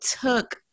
took